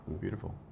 Beautiful